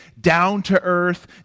down-to-earth